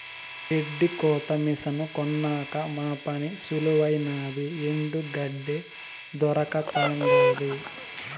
గెడ్డి కోత మిసను కొన్నాక మా పని సులువైనాది ఎండు గెడ్డే దొరకతండాది